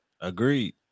Agreed